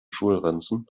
schulranzen